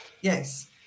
Yes